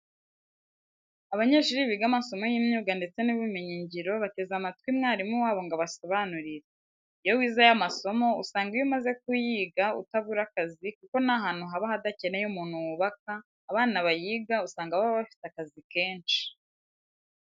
Abanyeshuri biga amasomo y'imyuga ndetse n'ubumenyi ngiro bateze amatwi mwarimu wabo ngo abasobanurire. Iyo wize aya masomo usanga iyo umaze kuyiga utabura akazi kuko nta hantu baba badakeneye umuntu wubaka, abana bayiga usanga baba bafite akazi kenshi.